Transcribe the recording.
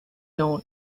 known